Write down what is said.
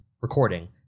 recording